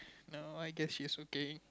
no I guess he is okay